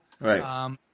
Right